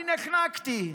אני נחנקתי.